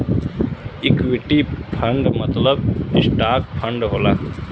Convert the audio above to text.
equity fund मतलब stock fund होला